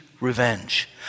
revenge